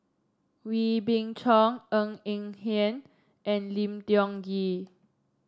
Wee Beng Chong Ng Eng Hen and Lim Tiong Ghee